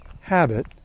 habit